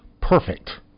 perfect